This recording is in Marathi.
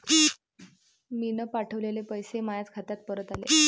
मीन पावठवलेले पैसे मायाच खात्यात परत आले